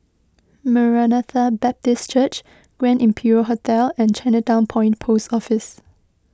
Maranatha Baptist Church Grand Imperial Hotel and Chinatown Point Post Office